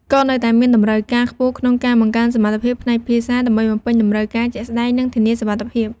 ក៏នៅតែមានតម្រូវការខ្ពស់ក្នុងការបង្កើនសមត្ថភាពផ្នែកភាសា ដើម្បីបំពេញតម្រូវការជាក់ស្ដែង និងធានាសុវត្ថិភាព។